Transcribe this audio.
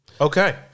Okay